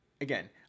again